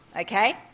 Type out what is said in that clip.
okay